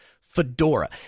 Fedora